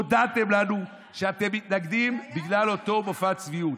הודעתם לנו שאתם מתנגדים, בגלל אותו מופע צביעות.